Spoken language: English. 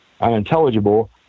unintelligible